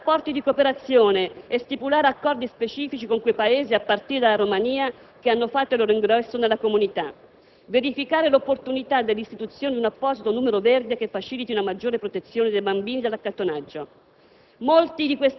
sviluppare rapporti di cooperazione e stipulare accordi specifici con quei Paesi, a partire dalla Romania, che hanno fatto il loro ingresso nella Comunità Europea; verificare l'opportunità dell'istituzione di un apposito numero verde che faciliti una maggiore protezione dei bambini dall'accattonaggio.